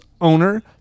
owner